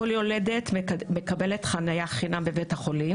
כל יולדת מקבלת חניה חינם בבית החולים.